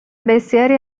بسیاری